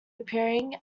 appearing